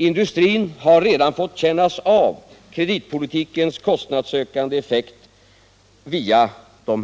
Industrin har redan fått känna av kreditpolitikens kostnadsökande effekt via